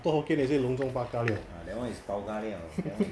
I thought hokkien they say long zhong bao ga liao